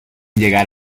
llegar